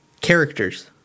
Characters